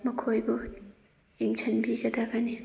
ꯃꯈꯣꯏꯕꯨ ꯌꯦꯡꯁꯤꯟꯕꯤꯒꯗꯕꯅꯤ